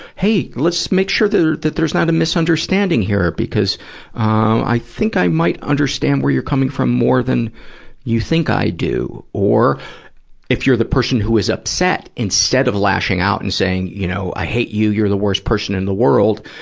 hey, let's make sure that there's not a misunderstanding here, because i think i might understand where you're coming from more than you think i do or if you're the person who's upset, instead of lashing out and saying you know i hate you, you're the worst person in the world